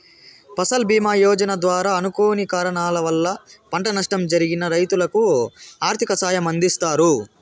ఫసల్ భీమ యోజన ద్వారా అనుకోని కారణాల వల్ల పంట నష్టం జరిగిన రైతులకు ఆర్థిక సాయం అందిస్తారు